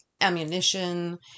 ammunition